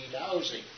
housing